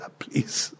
please